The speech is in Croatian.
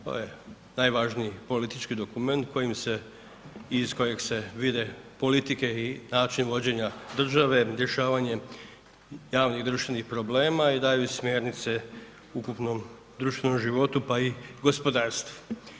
To je najvažniji politički dokument kojim se, iz kojeg se vide politike i način vođenja države, dešavanje javnih društvenih problema i daju smjernice ukupnom društvenom životu pa i gospodarstvu.